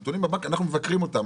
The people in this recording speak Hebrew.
הנתונים בבנק ואנחנו מבקרים אותם.